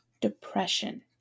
depression